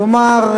כלומר,